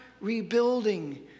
rebuilding